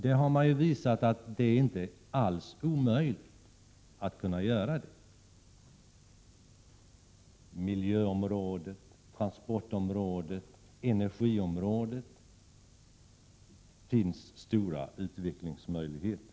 Det har också visats att detta inte alls är omöjligt — inom miljöområdet, transportområdet och energiområdet finns stora utvecklingsmöjligheter.